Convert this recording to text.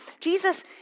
Jesus